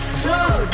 slow